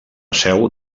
seu